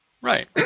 right